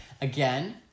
Again